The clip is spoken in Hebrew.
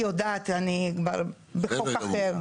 בסדר גמור.